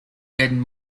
getting